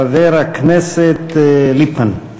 חבר הכנסת ליפמן.